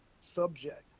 subject